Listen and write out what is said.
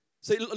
See